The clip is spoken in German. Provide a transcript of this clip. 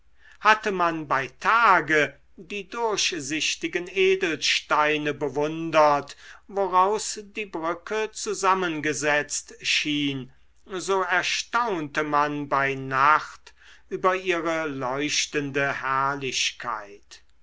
hatte man bei tage die durchsichtigen edelsteine bewundert woraus die brücke zusammengesetzt schien so erstaunte man bei nacht über ihre leuchtende herrlichkeit